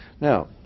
now